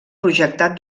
projectat